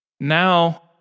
Now